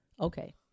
Okay